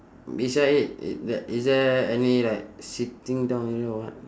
beside it i~ t~ is there any like sitting down you know or what